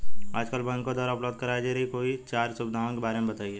आजकल बैंकों द्वारा उपलब्ध कराई जा रही कोई चार सुविधाओं के बारे में बताइए?